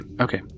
okay